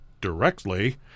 directly